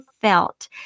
felt